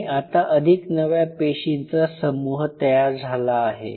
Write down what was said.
आणि आता अधिक नव्या पेशींचा समूह तयार झाला आहे